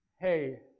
Hey